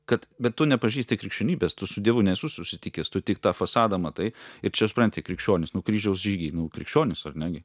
kad bet tu nepažįsti krikščionybės tu su dievu nesu susitikęs tu tik tą fasadą matai ir čia supranti krikščionys nu kryžiaus žygiai nu krikščionys ar ne gi